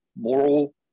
moral